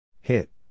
Hit